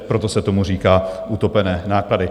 Proto se tomu říká utopené náklady.